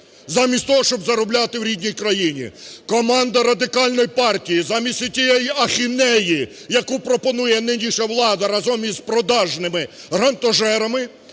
замість того, щоб заробляти в рідній країні. Команда Радикальної партії замість отієї ахінеї, яку пропонує нинішня влада разом із продажними грантожерами,